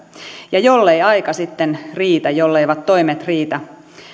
ja jollei aika sitten riitä jolleivät toimet riitä